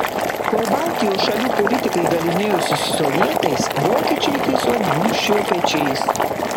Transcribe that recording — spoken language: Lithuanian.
kol baltijos šalių politikai galynėjosi su sovietais vokiečiai tiesiog gūžčiojo pečiais